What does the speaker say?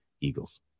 Eagles